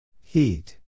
Heat